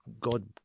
God